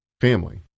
family